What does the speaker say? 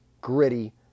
gritty